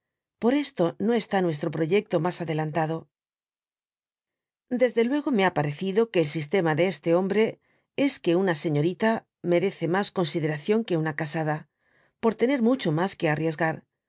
por eato na está nuestro proyecto mas adelemtado desde luego me ha parecido que el sistema de este hombre es que una señorita merece mas consideración que una casada y por taer mucho mas que arriesgar